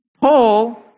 Paul